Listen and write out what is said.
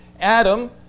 Adam